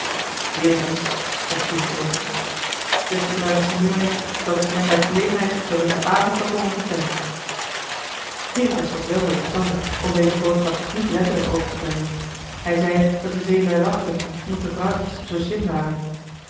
veritas zei stuurman dercksen zeg dien bruinen sinjeur eens dat ik t hem bij gelegenheid op een winteravond zal komen vertellen veritas was wel zoo verstandig om deze boodschap niet letterlijk over te brengen hij zei dat de zeelui lachten omdat de vrouwtjes zoo slim waren